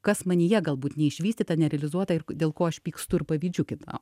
kas manyje galbūt neišvystyta nerealizuota ir dėl ko aš pykstu ir pavydžiu kitam